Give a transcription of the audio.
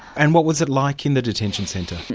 and what was it like in the detention centre?